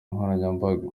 nkoranyambaga